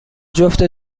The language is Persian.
جفت